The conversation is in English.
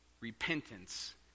repentance